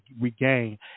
regain